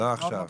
לא עכשיו.